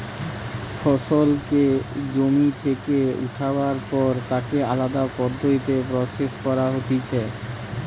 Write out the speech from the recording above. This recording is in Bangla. ফসলকে জমি থেকে উঠাবার পর তাকে আলদা পদ্ধতিতে প্রসেস করা হতিছে